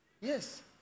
Yes